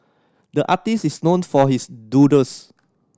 the artist is known for his doodles